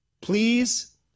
please